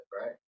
Right